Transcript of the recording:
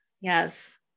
Yes